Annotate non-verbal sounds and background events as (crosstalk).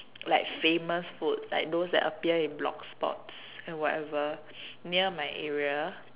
like famous food like those that appear in blogspots and whatever (noise) near my area